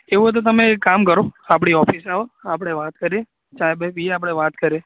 એવું હોય તો તમે એક કામ કરો આપણી ઓફિસે આવો આપણે વાત કરીએ છે ચાય બાય પીએ આપણે વાત કરીએ